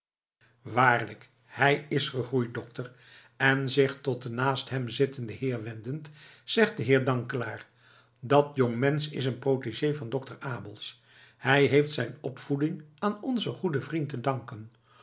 waarlijk hij is gegroeid dokter en zich tot een naast hem zittenden heer wendend zegt de heer dankelaar dat jongmensch is een protégé van dokter abels hij heeft zijn opvoeding aan onzen goeden vriend te danken